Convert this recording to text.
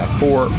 four